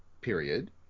period